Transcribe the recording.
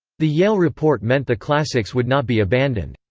the yale report meant the classics would not be abandoned.